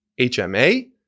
HMA